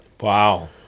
Wow